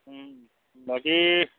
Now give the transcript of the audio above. বাকী